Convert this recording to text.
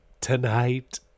tonight